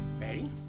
Ready